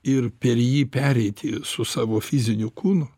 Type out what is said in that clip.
ir per jį pereiti su savo fiziniu kūnu